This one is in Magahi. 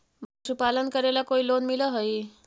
पशुपालन करेला कोई लोन मिल हइ?